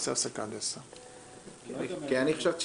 אנחנו נעשה הפסקה עד 22:00. כי אני חשבתי